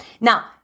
Now